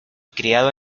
criado